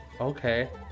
Okay